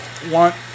want